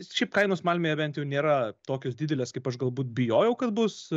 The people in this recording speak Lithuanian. šiaip kainos malmėje bent jau nėra tokios didelės kaip aš galbūt bijojau kad bus